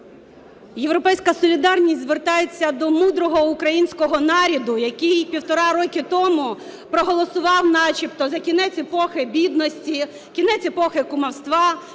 "Європейська солідарність" звертається до мудрого українського народу, який півтора роки тому проголосував начебто за кінець епохи бідності, кінець епохи кумівства,